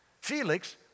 Felix